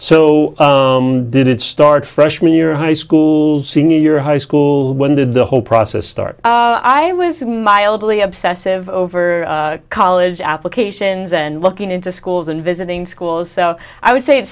so did it start freshman year of high school senior high school when did the whole process start i was mildly obsessive over college applications and looking into schools and visiting schools so i would say it